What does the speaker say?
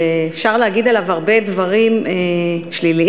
שאפשר להגיד עליו הרבה דברים שליליים,